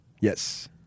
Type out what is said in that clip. Yes